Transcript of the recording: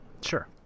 Sure